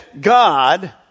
God